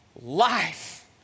Life